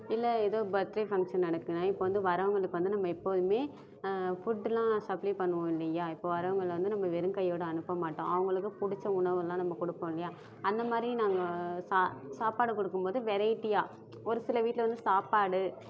இல்லை எதோ birthday function நடக்குதுனா இப்போ வந்து வரவங்களுக்கு வந்து நம்ம எப்போதும் ஃபுட்டுலாம் சப்ளே பண்ணுவோம் இல்லையா இப்போ வரவங்களை வந்து நம்ம வெறும் கையோடு அனுப்பமாட்டோம் அவங்களுக்கு பிடிச்ச உணவு எல்லாம் நம்ம கொடுப்போம் இல்லையா அந்த மாதிரி நாங்கள் சா சாப்பாடு கொடுக்கும் போது வெரைட்டியாக ஒரு சில வீட்டில் வந்து சாப்பாடு